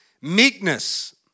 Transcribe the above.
meekness